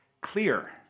clear